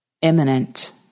imminent